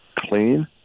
clean